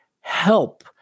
help